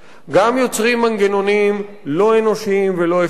גם יוצרים מנגנונים לא אנושיים ולא אפשריים,